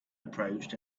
approached